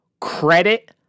Credit